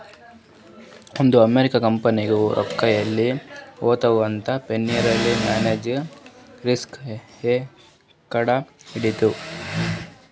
ಒಂದ್ ಅಮೆರಿಕಾ ಕಂಪನಿನಾಗ್ ರೊಕ್ಕಾ ಎಲ್ಲಿ ಹೊಲಾತ್ತಾವ್ ಅಂತ್ ಫೈನಾನ್ಸಿಯಲ್ ಮ್ಯಾನೇಜ್ಮೆಂಟ್ ರಿಸ್ಕ್ ಎ ಕಂಡ್ ಹಿಡಿತ್ತು